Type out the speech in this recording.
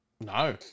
No